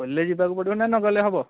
college ଯିବାକୁ ପଡ଼ିବନା ନ ଗଲେ ହେବ